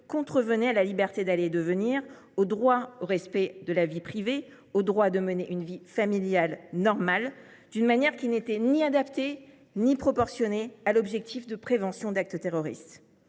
contrevenaient à « la liberté d’aller et de venir et au droit au respect de la vie privée », ainsi qu’au « droit de mener une vie familiale normale », d’une manière qui n’était « ni adaptée, ni proportionnée à l’objectif » de prévention d’actes terroristes.